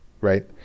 right